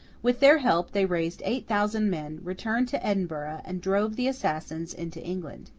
with their help, they raised eight thousand men returned to edinburgh, and drove the assassins into england.